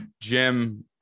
Jim